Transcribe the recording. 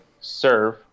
serve